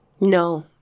No